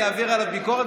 אני אעביר עליו ביקורת,